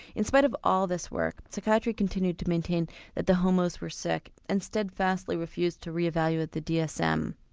in spite of all this work, psychiatry continued to maintain that the homos were sick and steadfastly refused to re-evaluate the dsm.